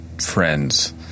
friends